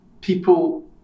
people